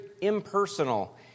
impersonal